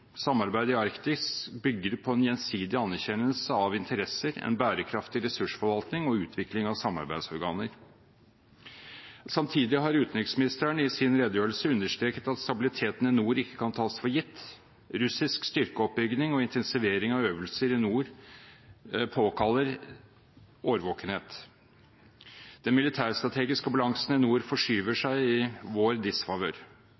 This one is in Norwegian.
Samarbeidet i Arktis bygger på en gjensidig anerkjennelse av interesser, en bærekraftig ressursforvaltning og utvikling av samarbeidsorganer. Samtidig har utenriksministeren i sin redegjørelse understreket at stabiliteten i nord ikke kan tas for gitt. Russisk styrkeoppbygging og intensivering av øvelser i nord påkaller årvåkenhet. Den militærstrategiske balansen i nord forskyver seg i vår disfavør.